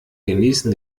genießen